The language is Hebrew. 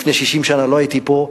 לפני 60 שנה לא הייתי פה,